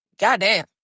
goddamn